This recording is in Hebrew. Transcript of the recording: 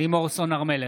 לימור סון הר מלך,